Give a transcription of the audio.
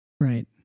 Right